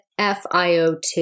FiO2